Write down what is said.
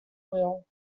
will